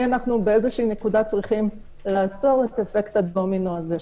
באיזושהי נקודה אנחנו צריכים לעצור את אפקט הדומינו הזה שנוצר.